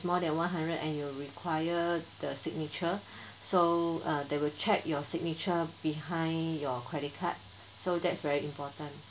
more than one hundred and you require the signature so uh they'll check your signature behind your credit card so that's very important